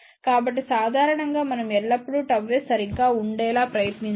కాబట్టి సాధారణంగా మనం ఎల్లప్పుడూ ΓS సరిగ్గా ఉండేలా ప్రయత్నించండి